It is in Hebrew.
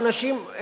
שאנשים,